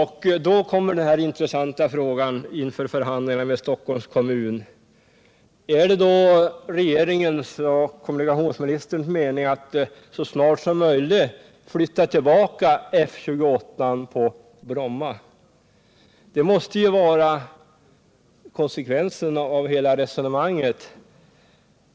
Är det då regeringens och kommunikationsministerns avsikt att så snart som möjligt flytta tillbaka F-28 till Bromma? Det måste ju bli konsekvenserna av hela resonemanget.